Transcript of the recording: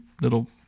little